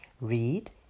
read